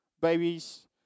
babies